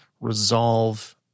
Resolve